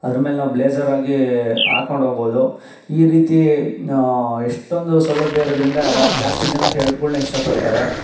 ಅದರ ಮೇಲೆ ನಾವು ಬ್ಲೇಝರ್ ಆಗಿ ಹಾಕ್ಕೊಂಡು ಹೋಗ್ಬೋದು ಈ ರೀತಿ ಎಷ್ಟೊಂದು ಸೌಲಭ್ಯ ಇರೋದ್ರಿಂದ ಜಾಸ್ತಿ ಜನ ಶರ್ಟ್ಗಳನ್ನ ಇಷ್ಟಪಡ್ತಾರೆ